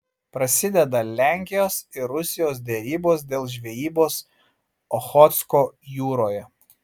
prasideda lenkijos ir rusijos derybos dėl žvejybos ochotsko jūroje